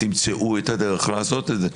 תמצאו את הדרך לעשות את זה.